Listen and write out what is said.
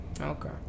Okay